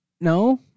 No